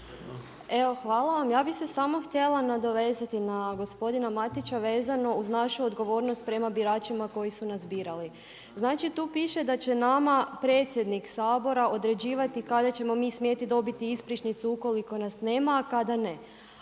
Evo, hvala vam. Ja bih se samo htjela nadovezati na gospodina Matića vezano uz našu odgovornost prema biračima koji su nas birali. Znači tu piše da će nama predsjednik Sabora određivati kada ćemo mi smjeti dobiti ispričnicu ukoliko nas nema a kada ne.